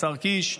השר קיש,